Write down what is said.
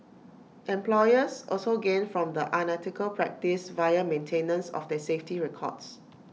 employers also gain from the unethical practice via maintenance of their safety records